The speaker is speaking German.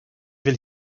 will